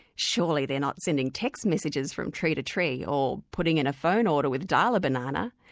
surely they're not sending text messages from tree to tree or putting in a phone order with dial-a-banana?